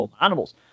animals